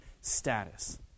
status